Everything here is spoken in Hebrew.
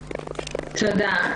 תודה.